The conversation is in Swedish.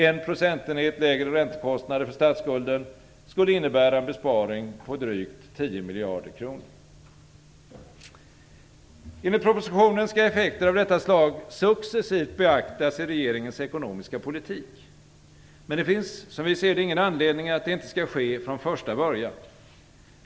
En procentenhet lägre räntekostnader för statsskulden skulle innebära en besparing på drygt Enligt propositionen skall effekter av detta slag successivt beaktas i regeringens ekonomiska politik, men det finns ingen anledning att det inte skall ske från första början.